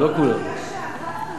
ואם לא, אני אומרת לך, אנחנו